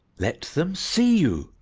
let them see you!